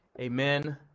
amen